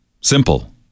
Simple